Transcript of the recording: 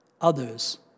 Others